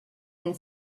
and